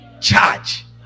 charge